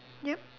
yup